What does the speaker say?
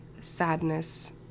sadness